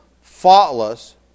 faultless